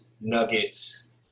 Nuggets